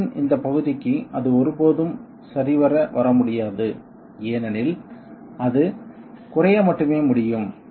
job இன் இந்த பகுதிக்கு அது ஒருபோதும் சரிவர வர முடியாது ஏனெனில் அது குறைய மட்டுமே முடியும்